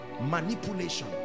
manipulation